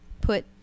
put